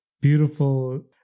beautiful